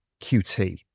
QT